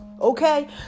okay